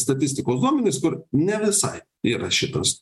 statistikos duomenys kur ne visai yra šitas